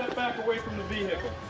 away from the vehicle.